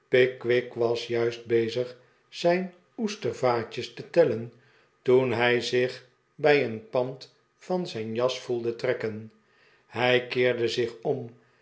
pickwick was juist bezig zijn o ester vaatjes te tellen toen hij zich bij een pand van zijn jas voelde trekken hij keerde zich om